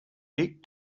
dick